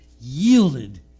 yielded